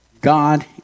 God